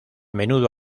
menudo